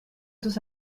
tus